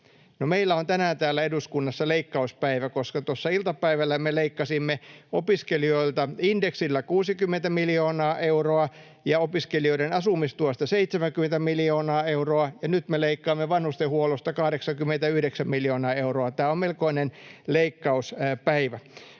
meillä on tänään täällä eduskunnassa leikkauspäivä, koska tuossa iltapäivällä me leikkasimme opiskelijoilta indeksillä 60 miljoonaa euroa ja opiskelijoiden asumistuesta 70 miljoonaa euroa ja nyt me leikkaamme vanhustenhuollosta 89 miljoonaa euroa. Tämä on melkoinen leikkauspäivä.